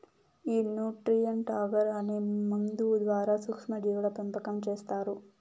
ఈ nutrient agar అనే మందు ద్వారా సూక్ష్మ జీవుల పెంపకం చేస్తారు